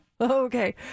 Okay